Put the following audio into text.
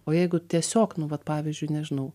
o jeigu tiesiog nu vat pavyzdžiui nežinau